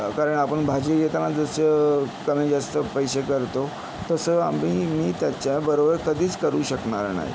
कारण आपण भाजी घेताना जसं कमी जास्त पैसे करतो तसं आम्ही मी त्याच्याबरोबर कधीच करू शकणार नाही